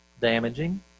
damaging